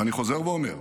ואני חוזר ואומר,